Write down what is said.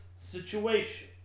situation